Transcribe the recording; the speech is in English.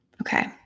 Okay